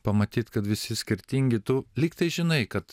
pamatyt kad visi skirtingi tu lyg tai žinai kad